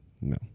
no